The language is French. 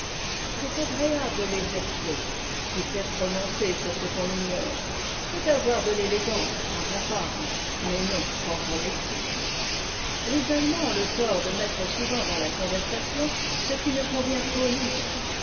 cette agréable légèreté qui fait prononcer sur ce qu'on ignore peut avoir de l'élégance quand on parle mais non quand on écrit les allemands ont le tort do mettre souvent dans la conversation ce qui ne convient qu'aux livres